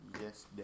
yes